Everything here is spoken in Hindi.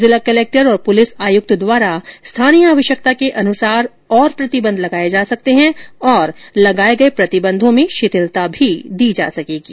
जिला कलेक्टर और पुलिस आयुक्त द्वारा स्थानीय आवश्यकता के अनुसार और प्रतिबन्ध लगाए जा सकते हैं और लगाए गए प्रतिबन्धों में शिथिलता भी दी जा सकती है